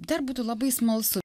dar būtų labai smalsu